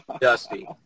Dusty